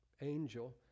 angel